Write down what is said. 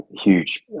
huge